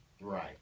Right